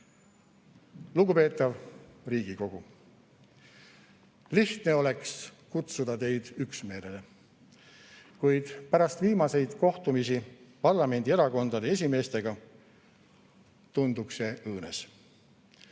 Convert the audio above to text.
võimule. Lugupeetav Riigikogu! Lihtne oleks kutsuda teid üksmeelele, kuid pärast viimaseid kohtumisi parlamendierakondade esimeestega tunduks see õõnes.